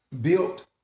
built